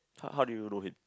how how did you know him